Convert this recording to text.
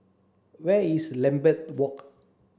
where is Lambeth Walk